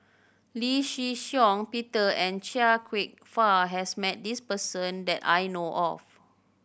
Lee Shih Shiong Peter and Chia Kwek Fah has met this person that I know of